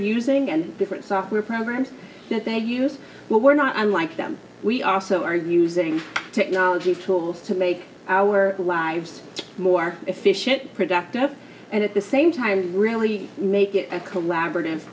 using and different software programs that they use but we're not unlike them we are also are using technology tools to make our lives more efficient productive and at the same time really make it a collaborative